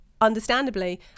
understandably